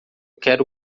quero